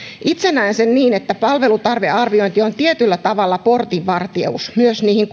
itse näen sen niin että palvelutarvearviointi on tietyllä tavalla portinvartijuus myös niihin